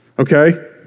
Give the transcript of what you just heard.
Okay